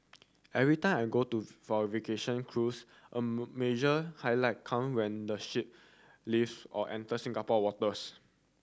every time I go to for a vacation cruise a major highlight come when the ship leave or enters Singapore waters